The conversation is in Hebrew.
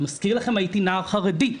אני מזכיר לכם, הייתי נער חרדי.